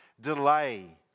delay